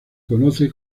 conoce